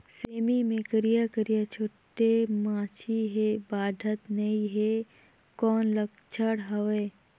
सेमी मे करिया करिया छोटे माछी हे बाढ़त नहीं हे कौन लक्षण हवय?